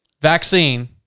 vaccine